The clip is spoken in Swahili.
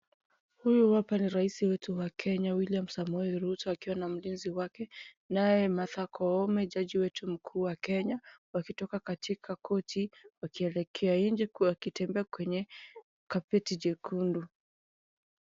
Huyu hapa ni rahisi wetu wa Kenya William Samoei Ruto akiwa na mlinzi wake, naye Martha Koome jaji wetu mkuu wa Kenya wakitoka katika korti wakielekea nje wakitembea kwenye kapeti jekundu.